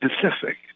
Pacific